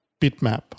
Bitmap